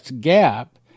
Gap